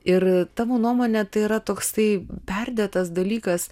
ir tavo nuomone tai yra toksai perdėtas dalykas